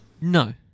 no